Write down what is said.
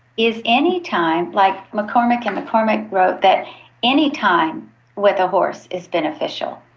is any time, like mccormick and mccormick wrote that any time with a horse is beneficial.